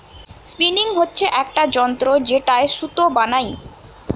spinning হচ্ছে একটা যন্ত্র যেটায় সুতো বানাই